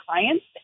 clients